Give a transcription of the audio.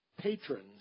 patrons